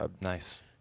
Nice